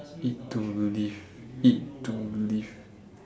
eat to live eat to live